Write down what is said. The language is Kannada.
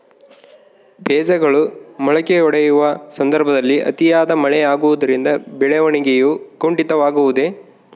ಬೇಜಗಳು ಮೊಳಕೆಯೊಡೆಯುವ ಸಂದರ್ಭದಲ್ಲಿ ಅತಿಯಾದ ಮಳೆ ಆಗುವುದರಿಂದ ಬೆಳವಣಿಗೆಯು ಕುಂಠಿತವಾಗುವುದೆ?